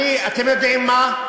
אתם יודעים מה?